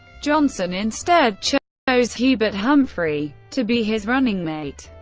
johnson instead chose chose hubert humphrey to be his running mate.